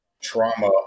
trauma